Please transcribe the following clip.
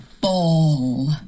Ball